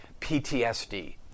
PTSD